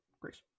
Great